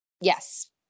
Yes